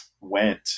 went